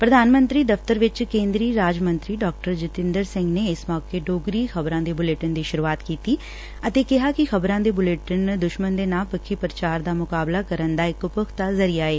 ਪ੍ਰਧਾਨ ਮੰਤਰੀ ਦਫ਼ਤਰ ਵਿਚ ਕੇਂਦਰੀ ਰਾਜ ਮੰਤਰੀ ਡਾ ਜਤਿੰਦਰ ਸਿੰਘ ਨੇ ਇਸ ਮੌਕੇ ਡੋਗਰੀ ਖ਼ਬਰਾਂ ਦੇ ਬੁਲੇਟਿਨ ਦੀ ਸੁਰੁਆਤ ਕੀਤੀ ਅਤੇ ਕਿਹਾ ਕਿ ਖ਼ਬਰਾਂ ਦੇ ਬੁਲੇਟਿਨ ਦੁਸ਼ਮਣ ਦੇ ਨਾ ਪੱਖੀ ਪ੍ਰਚਾਰ ਦਾ ਮੁਕਾਬਲਾ ਕਰਨ ਦਾ ਇਕ ਪੁਖਤਾ ਜਰੀਆ ਏ